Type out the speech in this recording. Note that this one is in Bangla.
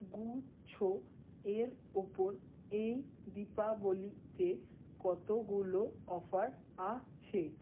গুচ্ছ এর উপর এই দীপাবলিতে কতগুলো অফার আছে